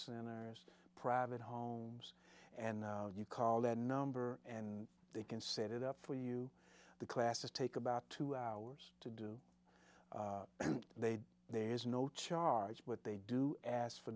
centers private homes and you call that number and they can set it up for you the classes take about two hours to they there is no charge but they do ask for